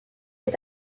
est